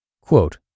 Quote